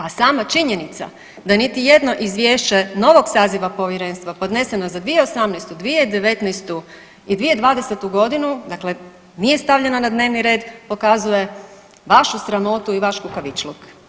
A sama činjenica da niti jedno izvješće novog saziva povjerenstva podneseno za 2018., 2019. i 2020.g. dakle nije stavljeno na dnevni red, pokazuje vašu sramotu i vaš kukavičluk.